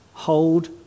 Hold